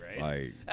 right